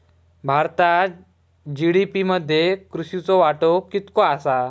भारतात जी.डी.पी मध्ये कृषीचो वाटो कितको आसा?